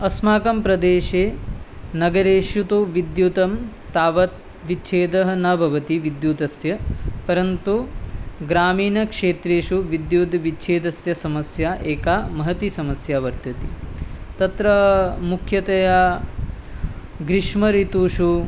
अस्माकं प्रदेशे नगरेषु तु विद्युतं तावत् विच्छेदः न भवति विद्युतस्य परन्तु ग्रामीणक्षेत्रेषु विद्युद्विच्छेदस्य समस्या एका महती समस्या वर्तते तत्र मुख्यतया ग्रीष्मऋतुषु